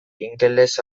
ingeles